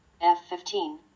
F-15